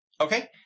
Okay